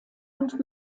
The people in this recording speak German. und